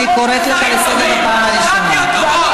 אני קוראת אותך לסדר פעם ראשונה.